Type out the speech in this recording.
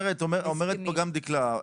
אומרת פה גם דקלה,